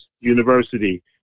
University